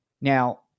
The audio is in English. now